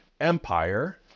empire